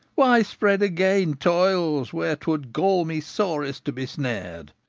why spread again toils where twould gall me sorest to be snared?